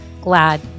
glad